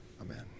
amen